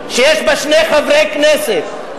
שיש בה שני חברי כנסת,